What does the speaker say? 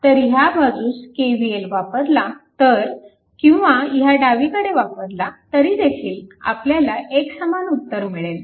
तर ह्या बाजूस KVL वापरला तर किंवा ह्या डावीकडे वापरला तरीदेखील आपल्याला एकसमान उत्तर मिळेल